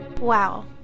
Wow